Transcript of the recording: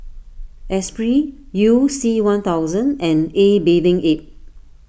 Esprit You C one thousand and A Bathing Ape